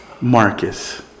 Marcus